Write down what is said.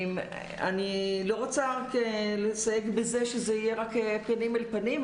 אני לא רוצה רק לסייג בזה שזה יהיה רק פנים אל פנים,